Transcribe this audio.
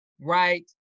right